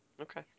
Okay